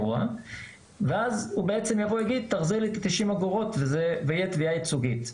ואז הוא יבקש שיחזירו לו את ה-90 אגורות ותהיה תביעה ייצוגית.